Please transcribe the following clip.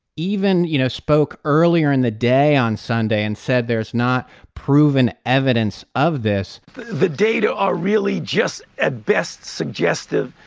even, you know, spoke earlier in the day on sunday and said there's not proven evidence of this the data are really just, at best, suggestive.